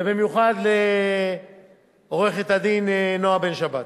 ובמיוחד לעורכת-הדין נועה בן-שבת,